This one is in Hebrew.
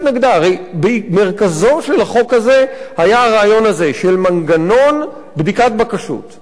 הרי במרכזו של החוק הזה היה הרעיון הזה של מנגנון בדיקת בקשות,